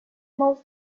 most